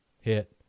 hit